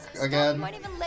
again